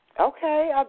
Okay